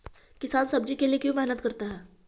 किसान सब्जी के लिए क्यों मेहनत करता है?